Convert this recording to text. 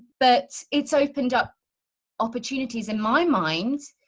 but it's opened up opportunities in my mind,